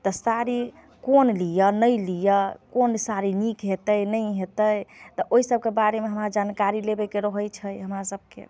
तऽ साड़ी कोन लिअऽ नहि लिअऽ कोन साड़ी नीक हेतै नहि हेतै तऽ ओहिसबके बारेमे हमरा जानकारी लेबैके रहै छै हमरासबके